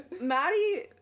Maddie